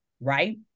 right